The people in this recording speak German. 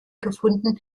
gefunden